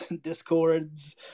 discords